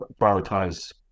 prioritize